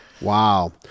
Wow